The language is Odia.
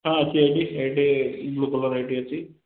ହଁ ଅଛି ଏଇଠି ଏଇଠି ବ୍ଲ୍ୟୁ କଲର୍ ଏଇଠି ଅଛି